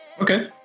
Okay